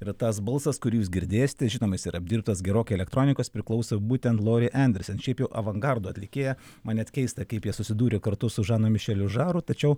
ir tas balsas kurį jūs girdėsite žinoma jisai yra apdirbtas gerokai elektronikos priklauso būtent lori anderson šiaip jau avangardo atlikėja man net keista kaip jie susidūrė kartu su žanu mišeliu žaru tačiau